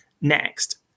next